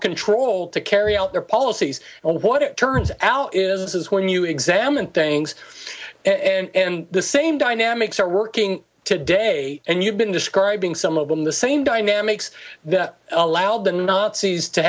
control to carry out their policies and what it turns out is when you examine things and the same dynamics are working today and you've been describing some of them the same dynamics that allowed the nazis to